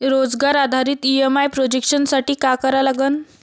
रोजगार आधारित EMI projection साठी का करा लागन?